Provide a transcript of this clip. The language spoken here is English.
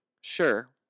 Sure